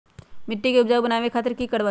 मिट्टी के उपजाऊ बनावे खातिर की करवाई?